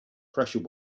pressure